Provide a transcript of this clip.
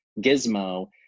Gizmo